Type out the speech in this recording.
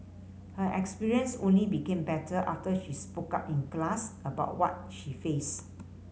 her experience only became better after she spoke up in class about what she faced